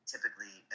Typically